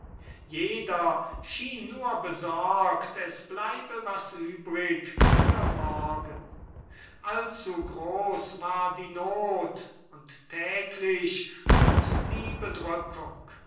jeder schien nur besorgt es bleibe was übrig für morgen allzu groß war die not und täglich wuchs die bedrückung